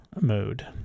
mode